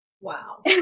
Wow